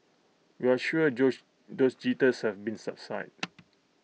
we're sure those jitters have been subsided